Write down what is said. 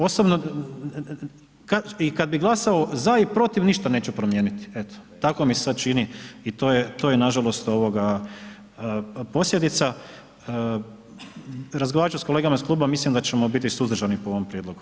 Osobno, i kad bi glasao za i protiv, ništa neću promijeniti eto, tako mi se sad čini i to je, to je nažalost posljedica, razgovarat ću s kolegama iz kluba, mislim da ćemo biti suzdržani po ovom prijedlogu.